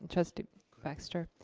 trustee baxter.